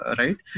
right